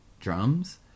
drums